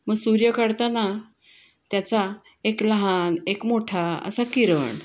मग सूर्य काढताना त्याचा एक लहान एक मोठा असा किरण